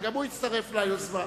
וגם הוא הצטרף ליוזמה.